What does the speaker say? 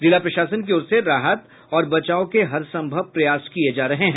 जिला प्रशासन की ओर से राहत और बचाव के हर संभव प्रयास किये जा रहे हैं